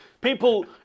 people